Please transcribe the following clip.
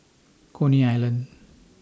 Coney Island